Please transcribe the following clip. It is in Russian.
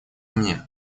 мне